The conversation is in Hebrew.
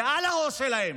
ועל הראש שלהם,